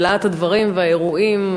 בלהט הדברים והאירועים,